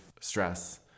stress